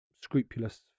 scrupulous